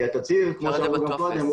כמו שאמרו קודם,